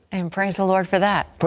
pravpraise thelord for that.